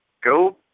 Go